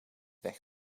weg